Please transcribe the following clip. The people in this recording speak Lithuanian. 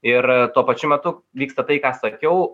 ir tuo pačiu metu vyksta tai ką sakiau